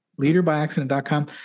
leaderbyaccident.com